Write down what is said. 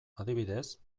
adibidez